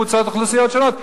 קבוצות אוכלוסיות שונות,